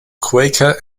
quaker